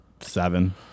Seven